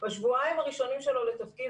בשבועיים הראשונים שלו לתפקיד,